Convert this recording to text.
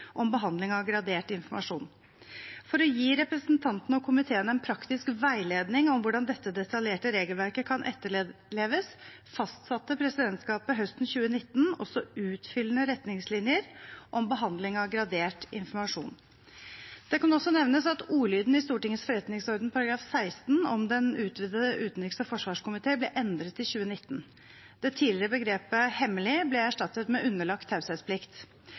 om behandling av gradert informasjon. For å gi representantene og komiteene en praktisk veiledning om hvordan dette detaljerte regelverket kan etterleves, fastsatte presidentskapet høsten 2019 også utfyllende retningslinjer om behandling av gradert informasjon. Det kan også nevnes at ordlyden i Stortingets forretningsorden § 16, om den utvidede utenriks- og forsvarskomité, ble endret i 2019. Det tidligere begrepet «hemmelig» ble erstattet med